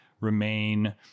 remain